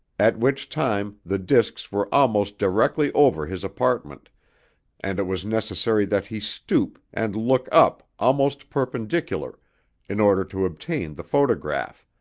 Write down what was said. at which time the discs were almost directly over his apartment and it was necessary that he stoop and look up almost perpendicular in order to obtain the photograph,